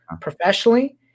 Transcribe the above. professionally